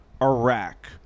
Iraq